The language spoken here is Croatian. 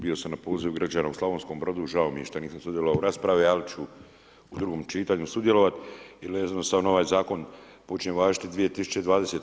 Bio sam na poziv građana u Slavonskom Brodu, žao mi je što nisam sudjelovao u raspravi ali ću u drugom čitanju sudjelovat jer jednostavno ovaj zakon počine važiti 2020.